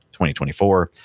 2024